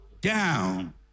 down